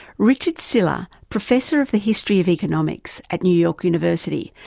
richard sylla, professor of the history of economics at new york university,